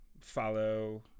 follow